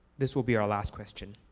this will be our last question.